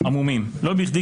לא בכדי,